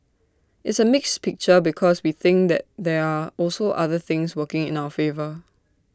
it's A mixed picture because we think that there are also other things working in our favour